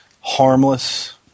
harmless